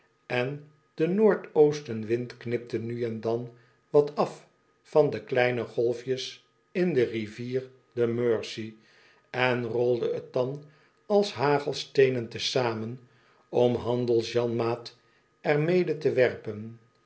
en de noordoosten wind knipte nu en dan wat af van de kleine golfjes in de rivier de mersey en rolde t dan als hagelsteenen te zamen om handels janmaat er mede te werpen